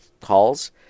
calls